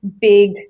big